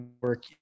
work